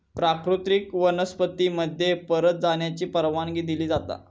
प्राकृतिक वनस्पती मध्ये परत जाण्याची परवानगी दिली जाता